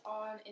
on